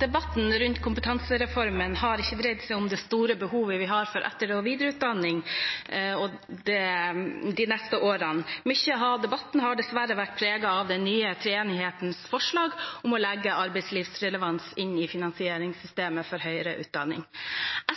Debatten rundt kompetansereformen har ikke dreid seg om det store behovet vi har for etter- og videreutdanning de neste årene. Mye av debatten har dessverre vært preget av den nye treenighetens forslag om å legge arbeidslivsrelevans inn i finansieringssystemet for høyere utdanning.